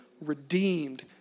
redeemed